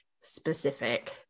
specific